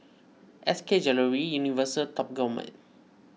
S K Jewellery Universal Top Gourmet